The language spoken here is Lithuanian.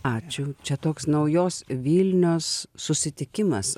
ačiū čia toks naujos vilnios susitikimas